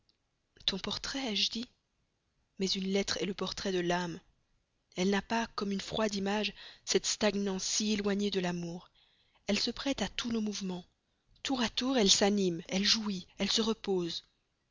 ton portrait ai-je dit mais une lettre est le portrait de l'âme elle n'a pas comme une froide image cette stagnance si éloignée de l'amour elle se prête à tous nos mouvements tout à tour elle s'anime elle jouit elle se repose